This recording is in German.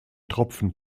tropfen